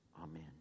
Amen